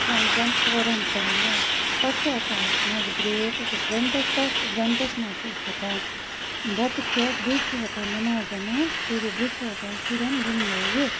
شامچَن ژورَن تانیٚتھ پَتہٕ چھِ آسان اَسہِ مَنٛزٕ بریک أکِس گَنٹَس تتھ گَنٹَس مَنٛز چھِ أسۍ ہیٚکان بَتہٕ کھیٚتھ بیٚیہِ چھِ ہیٚکان نٮ۪ماز وٮ۪ماز پٔرِتھ بیٚیہِ چھِ ہیٚکان شُرٮ۪ن گِندنٲوِتھ